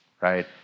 right